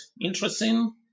interesting